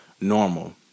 normal